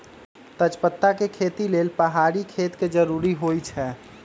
तजपत्ता के खेती लेल पहाड़ी खेत के जरूरी होइ छै